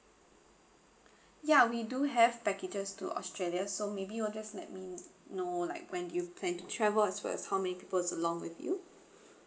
ya we do have packages to australia so maybe you just let me know like when do you plan to travel as well as how many peoples along with you